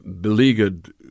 beleaguered